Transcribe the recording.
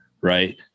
right